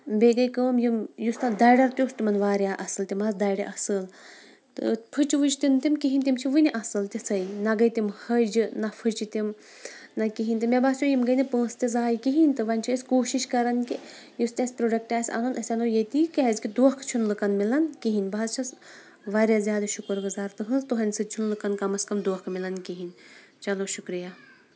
بیٚیہِ گٔیے کٲم یِم یُس تَتھ دَریر تہِ اوس تِمَن واریاہ اَصٕل تِمہٕ آسہٕ دَرِ اَصٕل تہٕ پھٕچہِ وٕچہِ تہِ نہٕ تِم کِہیٖنۍ تِم چھِ وٕنہِ اَصٕل تِژھے نہ گٔیے تِم ۂجہِ نہ پھٕچہِ تِم نہ کِہیٖنۍ تہِ مےٚ باسیو یِم گٔیے نہٕ پونٛسہٕ تہِ زایہِ کِہیٖنۍ تہٕ وۄنۍ چھِ أسۍ کوٗشِش کَران کہِ یُس تہِ اَسہِ پرٛوڈَکٹ آسہِ اَنُن أسۍ اَنو ییٚتی کیٛازِکہِ دھوکہٕ چھُنہٕ لُکَن مِلَان کِہیٖنۍ بہٕ حظ چھس واریاہ زیادٕ شُکُر گُزار تٕہٕنٛز تُہنٛدِ سۭتۍ چھُنہٕ لُکَن کَم آز کَم دھوکہٕ مِلَان کِہیٖنۍ چلو شُکریہ